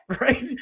right